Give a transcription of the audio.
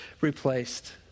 replaced